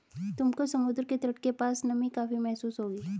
तुमको समुद्र के तट के पास नमी काफी महसूस होगी